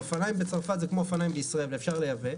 אופניים בצרפת זה כמו אופניים בישראל ואפשר לייצר,